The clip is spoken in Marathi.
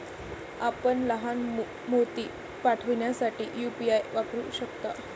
आपण लहान मोती पाठविण्यासाठी यू.पी.आय वापरू शकता